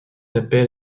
appel